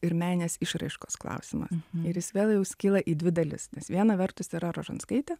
ir meninės išraiškos klausimas ir jis vėl jau skyla į dvi dalis nes vieną vertus yra rožanskaitė